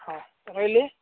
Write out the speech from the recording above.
ହଁ ରହିଲି